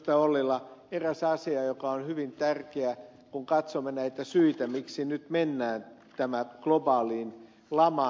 ollila eräs asia on hyvin tärkeä kun katsomme näitä syitä miksi nyt mennään tähän globaaliin lamaan